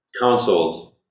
counseled